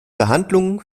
verhandlungen